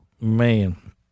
Man